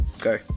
go